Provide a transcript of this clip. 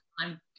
time